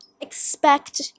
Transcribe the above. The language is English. expect